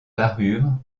parures